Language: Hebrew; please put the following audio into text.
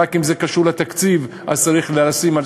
רק אם זה קשור לתקציב צריך לשים.